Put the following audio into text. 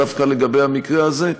לאו דווקא לגבי המקרה הזה,